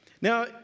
Now